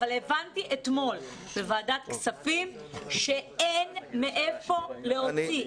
אבל הבנתי אתמול בוועדת כספים שאין מאיפה להוציא.